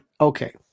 Okay